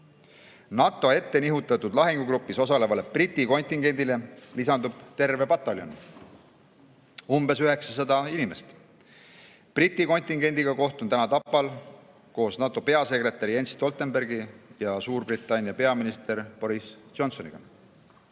NATO ettenihutatud lahingugrupis osalevale Briti kontingendile lisandub terve pataljon, umbes 900 inimest. Briti kontingendiga kohtun täna Tapal koos NATO peasekretäri Jens Stoltenbergi ja Suurbritannia peaministri Boris Johnsoniga.